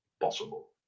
possible